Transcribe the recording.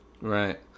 Right